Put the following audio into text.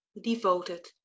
devoted